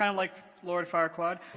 um like lord farquaad